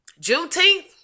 Juneteenth